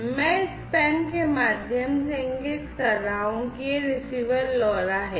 मैं इस पेन के माध्यम से इंगित कर रहा हूं की यह रिसीवर LoRa है